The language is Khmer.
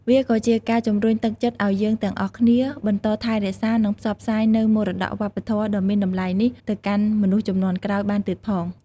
វាក៏ជាការជំរុញទឹកចិត្តឲ្យយើងទាំងអស់គ្នាបន្តថែរក្សា និងផ្សព្វផ្សាយនូវមរតកវប្បធម៌ដ៏មានតម្លៃនេះទៅកាន់មនុស្សជំនាន់ក្រោយបានទៀតផង។